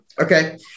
Okay